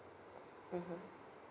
mmhmm